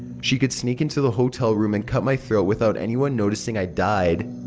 she could sneak into the hotel room and cut my throat without anyone noticing i've died.